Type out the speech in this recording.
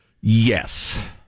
Yes